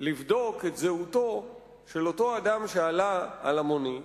לבדוק את זהותו של אותו אדם שעלה על המונית,